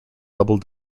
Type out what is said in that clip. double